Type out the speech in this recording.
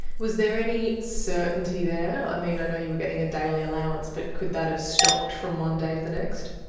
was there any certainty there? i mean, i know you were getting a daily allowance but could that have stopped from one day to the next?